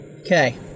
Okay